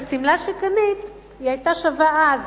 השמלה שקנית, היא היתה שווה אז